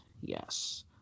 Yes